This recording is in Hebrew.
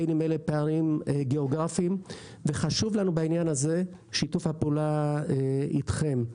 בין אם אלה פערים גיאוגרפיים וחשוב לנו בעניין הזה שיתוף הפעולה אתכם.